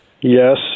yes